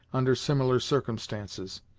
under similar circumstances.